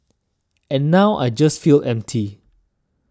and now I just felt empty